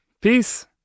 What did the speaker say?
Peace